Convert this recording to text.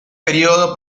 período